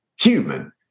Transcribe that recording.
Human